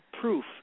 proof